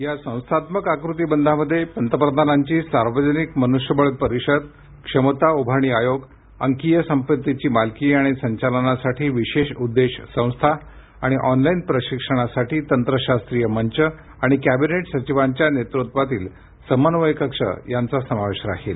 या संस्थात्मक आकृतीबंधामध्ये पंतप्रधानांची सार्वजनिक मनुष्यबळ परिषद क्षमता उभारणी आयोग अंकीय संपत्तीची मालकी आणि संचालनासाठी विशेष उद्देश संस्था आणि ऑनलाईन प्रशिक्षणासाठी तंत्रशास्त्रीय मंच आणि कॅबिनेट सचिवांच्या नेतृत्वातील समन्वय कक्ष यांचा समावेश राहील